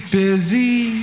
busy